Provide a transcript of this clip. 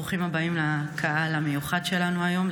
ברוכים הבאים לקהל המיוחד שלנו היום,